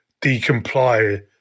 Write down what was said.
decomply